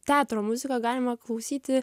teatro muziką galima klausyti